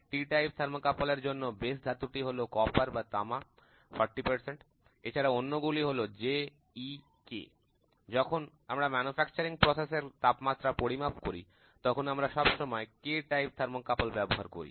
T type তাপদ্বয় এর জন্য মূল ধাতু টি হল তামা 40 এছাড়া অন্য গুলি হল J E K যখন আমরা ম্যানুফ্যাকচারিং প্রসেস এর তাপমাত্রা পরিমাপ করি তখন আমরা সবসময় K টাইপ থার্মোকাপল ব্যবহার করি